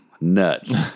Nuts